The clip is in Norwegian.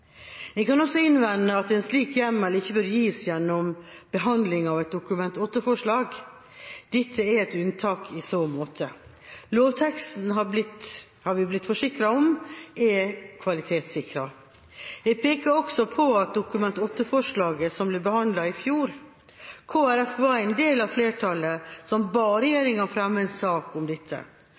kan også innvende at en slik hjemmel ikke bør gis gjennom behandlinga av et Dokument 8-forslag. Dette er et unntak i så måte. Lovteksten har vi blitt forsikret om at er kvalitetssikret. Jeg peker også på Dokument 8-forslaget som ble forhandlet i fjor. Kristelig Folkeparti var en del av flertallet som ba regjeringa fremme en sak om dette.